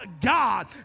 God